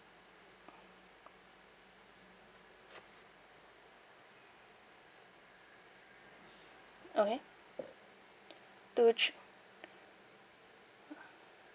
okay two three